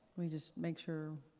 we just make sure